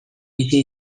bizi